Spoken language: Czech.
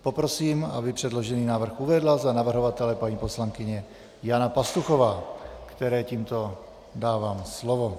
Poprosím, aby předložený návrh uvedla za navrhovatele paní poslankyně Jana Pastuchová, které tímto dávám slovo.